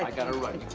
like gotta run,